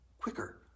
quicker